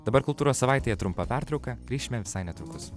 dabar kultūros savaitėje trumpa pertrauka grįšime visai netrukus